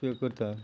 त्यो करता